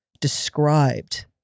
described